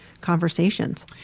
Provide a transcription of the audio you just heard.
conversations